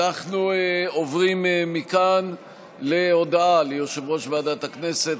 אנחנו עוברים מכאן להודעה ליושב-ראש ועדת הכנסת,